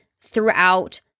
throughout